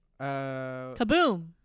Kaboom